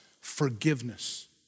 forgiveness